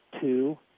two